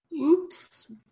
Oops